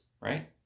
right